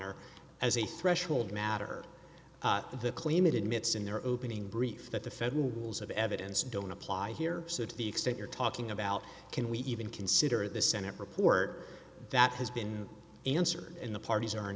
honor as a threshold matter the claim it admits in their opening brief that the federal rules of evidence don't apply here so to the extent you're talking about can we even consider the senate report that has been answered in the parties are in